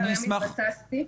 אנא הצג את העמותה.